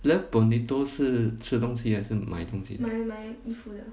love bonito 是吃东西还是买东西